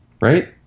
right